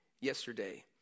yesterday